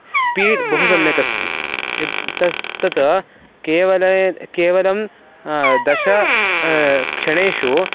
speed बहु सम्यक् अस्ति यद् तस् तत केवलं केवलं दश क्षणेषु